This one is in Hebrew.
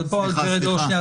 סליחה, סליחה.